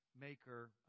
Maker